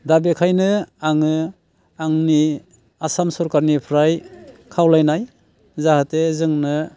दा बेनिखायनो आङो आंनि आसाम सोरखारनिफ्राय खावलायनाय जाहाथे जोंनो